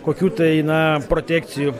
kokių tai eina protekcijų